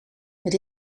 het